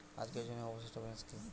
আজকের জন্য অবশিষ্ট ব্যালেন্স কি?